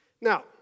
Now